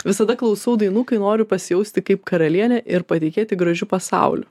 visada klausau dainų kai noriu pasijausti kaip karalienė ir patikėti gražiu pasauliu